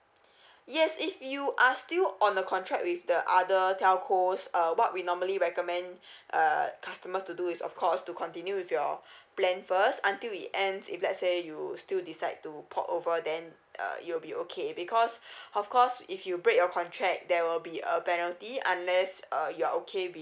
yes if you are still on a contract with the other telcos uh what we normally recommend a customer to do is of course to continue with your plan first until it ends if let's say you still decide to port over then uh it will be okay because of course if you break your contract there will be a penalty unless uh you are okay with